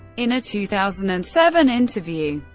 in a two thousand and seven interview,